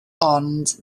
ond